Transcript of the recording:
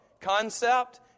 concept